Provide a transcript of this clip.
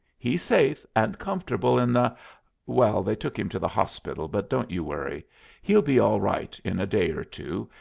he's safe, and comfortable in the well, they took him to the hospital, but don't you worry he'll be all right in a day or two,